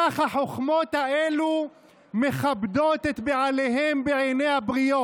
כך החוכמות האלו מכבדות את בעליהם בעיני הבריות.